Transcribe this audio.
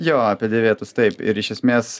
jo apie dėvėtus taip ir iš esmės